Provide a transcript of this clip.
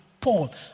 Paul